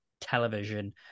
television